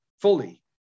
fully